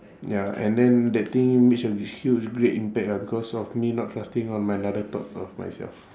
ya and then that thing made a huge great impact ah because of me not trusting on my another thought of myself